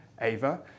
Ava